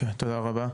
תודה רבה.